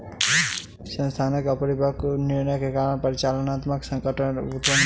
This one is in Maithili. संस्थानक अपरिपक्व निर्णय के कारण परिचालनात्मक संकट उत्पन्न भ गेल